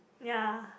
ya